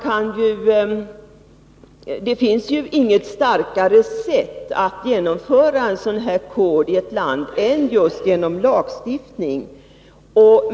Det finns ju inget starkare sätt att genomföra en sådan här kod i ett land än just genom lagstiftning.